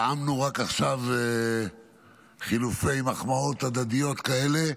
טעמנו רק עכשיו חילופי מחמאות הדדיות כאלה.